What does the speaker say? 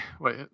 Wait